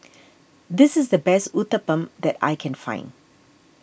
this is the best Uthapam that I can find